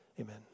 Amen